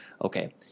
okay